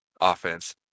offense